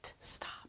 stop